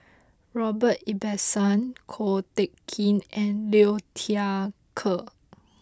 Robert Ibbetson Ko Teck Kin and Liu Thai Ker